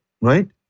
Right